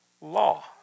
law